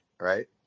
right